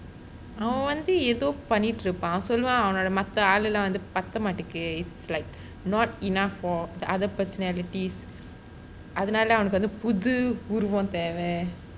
அவன் வந்து ஏதோ பண்ணிக்கிட்டு இருப்பான் சொல்வான் மத்த ஆளு:avon vanthu etho pannikittu iruppaan solvaan mattha aalu lah வந்து பத்தமாடுக்குது:vantu pattamatukkutu its like not enough for other personalities அதனால அவனுக்கு புது உருவம் தேவ:atanala avanukku putu uruvam teva